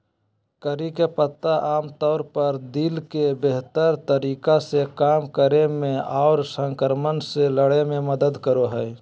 करी के पत्ता आमतौर पर दिल के बेहतर तरीका से काम करे मे आर संक्रमण से लड़े मे मदद करो हय